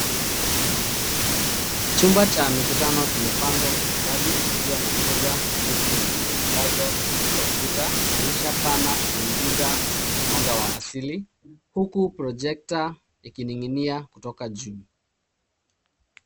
Chumba cha mikutano kimepangwa kwa ustadi kikiwa na meza na viti viliyotandazwa kuzunguka ukuta. Dirisha pana huingiza mwanga wa asili huku projekta ikining'inia kutoka juu.